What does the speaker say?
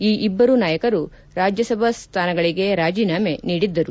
ಈ ಇಬ್ಲರು ನಾಯಕರು ರಾಜ್ಲಸಭಾ ಸ್ವಾನಗಳಿಗೆ ರಾಜೀನಾಮೆ ನೀಡಿದ್ದರು